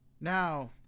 Now